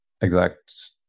exact